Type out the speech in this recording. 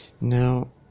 Now